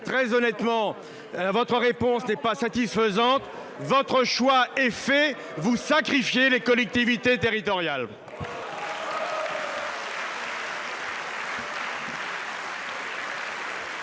Très honnêtement, votre réponse n'est pas satisfaisante. Votre choix est fait : vous sacrifiez les collectivités territoriales